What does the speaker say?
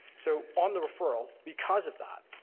so on the referral, because of that,